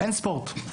אין ספורט.